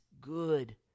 good